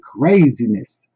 craziness